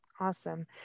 Awesome